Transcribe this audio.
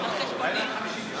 (קוראת בשמות חברי הכנסת)